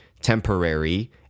temporary